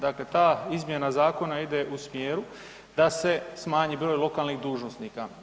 Dakle, ta izmjena zakona ide u smjeru da se smanji broj lokalnih dužnosnika.